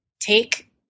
take